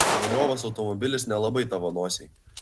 nuliovas automobilis nelabai tavo nosiai